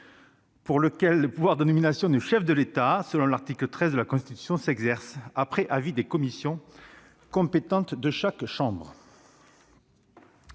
pour lesquels le pouvoir de nomination du chef de l'État, aux termes de l'article 13 de la Constitution, s'exerce après avis des commissions compétentes de chaque chambre.